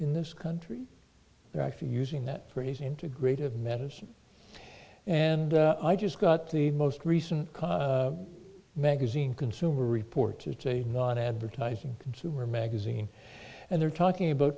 in this country they're actually using that phrase integrative medicine and i just got the most recent magazine consumer reports it's not advertising consumer magazine and they're talking about